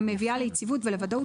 המביאה ליציבות ולוודאות,